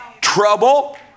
trouble